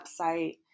website